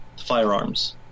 firearms